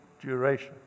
duration